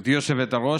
גברתי היושבת-ראש,